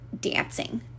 dancing